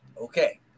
Okay